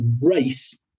race